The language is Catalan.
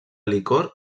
licor